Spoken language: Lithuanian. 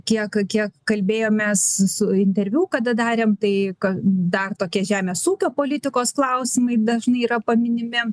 kiek kalbėjomės su interviu kada darėm tai dar tokia žemės ūkio politikos klausimai dažnai yra paminimi